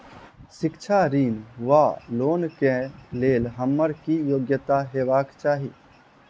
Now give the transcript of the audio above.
शिक्षा ऋण वा लोन केँ लेल हम्मर की योग्यता हेबाक चाहि?